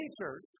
church